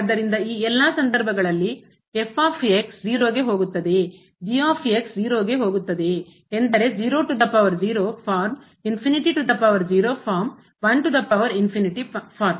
ಆದ್ದರಿಂದ ಈ ಎಲ್ಲಾ ಸಂದರ್ಭಗಳಲ್ಲಿ 0ಗೆ ಹೋಗುತ್ತದೆಯೇ ಹೋಗುತ್ತದೆಯೇ ಎಂದರೆ ಫಾರ್ಮ್ ಫಾರ್ಮ್ ಫಾರ್ಮ್